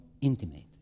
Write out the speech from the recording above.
intimate